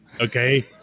okay